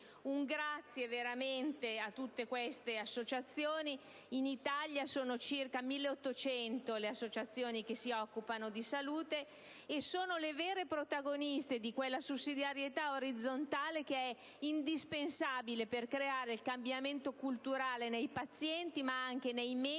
ringraziamento a tutte queste associazioni. In Italia sono circa 1.800 le associazioni che si occupano di salute. Esse sono le vere protagoniste di quella sussidiarietà orizzontale che è indispensabile per creare un cambiamento culturale nei pazienti, ma anche nei medici